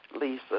Lisa